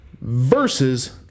versus